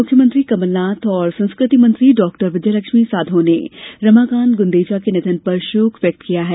मुख्यमंत्री कमलनाथ और संस्कृति मंत्री डॉ विजय लक्ष्मी साधौ ने रमाकांत गुंदेचा के निधन पर शोक व्यक्त किया है